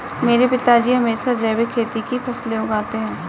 मेरे पिताजी हमेशा जैविक खेती की फसलें उगाते हैं